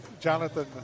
Jonathan